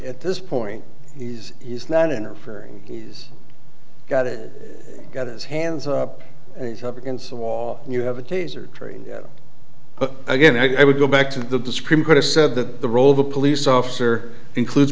at this point he's he's not interfering he's got it got his hands up he's up against a wall and you have a taser trained but again i would go back to the supreme court has said that the role of the police officer includes